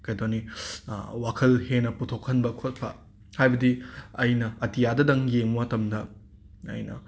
ꯀꯩꯗꯣꯅꯤ ꯋꯥꯈꯜ ꯍꯦꯟꯅ ꯄꯨꯊꯣꯛꯍꯟꯕ ꯈꯣꯠꯄ ꯍꯥꯏꯕꯗꯤ ꯑꯩꯅ ꯑꯇꯤꯌꯥꯇꯗꯪ ꯌꯦꯡꯂꯨ ꯃꯇꯝꯗ ꯑꯩꯅ